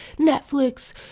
Netflix